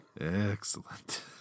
Excellent